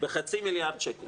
בחצי מיליארד שקל.